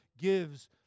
gives